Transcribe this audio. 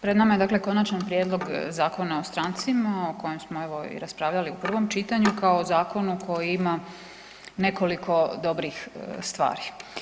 Pred nama je dakle Konačan prijedlog Zakona o strancima o kojem smo evo raspravljali u prvom čitanju kao zakonu koji ima nekoliko dobrih stvari.